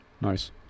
Nice